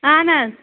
اَہن حظ